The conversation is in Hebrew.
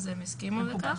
והם הסכימו לכך.